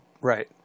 Right